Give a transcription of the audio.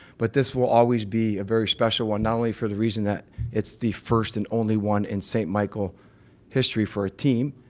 but this will always be a very special one, not only for the reason that it's the first and only one in st michael history for a team,